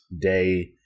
day